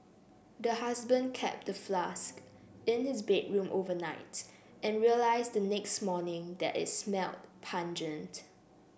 the husband kept the flask in his bedroom overnight and realised the next morning that it smelt pungent